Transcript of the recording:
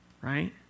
Right